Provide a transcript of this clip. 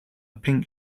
pink